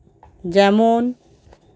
যেমন